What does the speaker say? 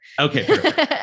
Okay